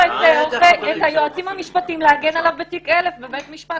יש לו את היועצים המשפטיים להגן עליו בתיק 1000 בבית משפט,